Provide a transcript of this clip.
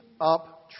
up